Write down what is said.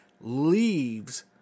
Leaves